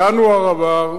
ינואר עבר,